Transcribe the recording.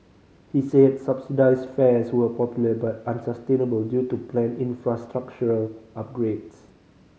he said subsidised fares were popular but unsustainable due to planned infrastructural upgrades